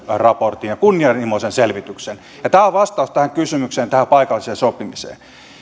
raportin ja kunnianhimoisen selvityksen ja tämä on vastaus tähän kysymykseen tähän paikalliseen sopimiseen